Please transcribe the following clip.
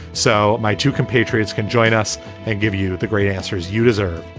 so my two compatriots can join us and give you the great answers you deserve.